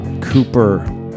Cooper